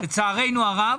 לצערנו הרב,